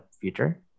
future